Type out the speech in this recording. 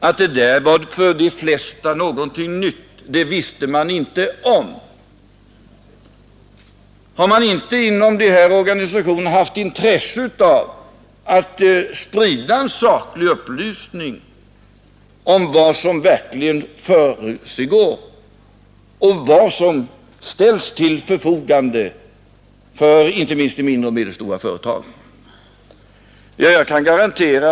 När det gäller AP-fondernas användning skulle jag, om jag vore företagare, säga att det var ett värdefullt uttalande från LO. Man är beredd att ställa löntagarnas pengar till förfogande för investeringar i näringslivet i en ökad omfattning.